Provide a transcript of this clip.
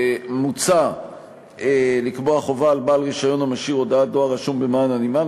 מוצע לקבוע חובה על בעל רישיון המשאיר הודעת דואר רשום במען הנמען